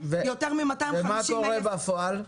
יותר מ --- מה קורה בפועל?